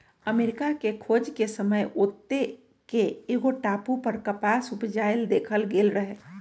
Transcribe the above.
अमरिका के खोज के समय ओत्ते के एगो टापू पर कपास उपजायल देखल गेल रहै